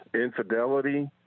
infidelity